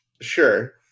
Sure